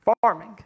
farming